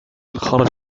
خرج